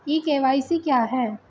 ई KYC क्या है?